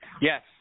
Yes